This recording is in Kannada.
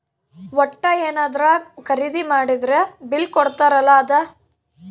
ವಟ್ಟ ಯೆನದ್ರ ಖರೀದಿ ಮಾಡಿದ್ರ ಬಿಲ್ ಕೋಡ್ತಾರ ಅಲ ಅದ